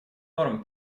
норм